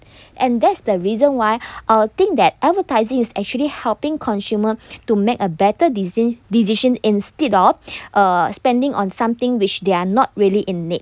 and that's the reason why I'll think that advertising is actually helping consumers to make a better deci~ decision instead of uh spending on something which they're not really in need